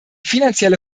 finanzielle